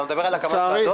אתה מדבר על הקמת ועדות?